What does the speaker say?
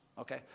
Okay